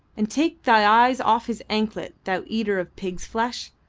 and take thy eyes off his anklet, thou eater of pigs flesh.